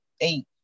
Eight